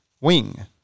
wing